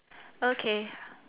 okay